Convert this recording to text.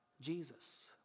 Jesus